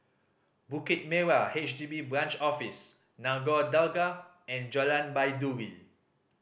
Bukit Merah H D B Branch Office Nagore Dargah and Jalan Baiduri